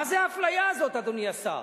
מה האפליה הזאת, אדוני השר?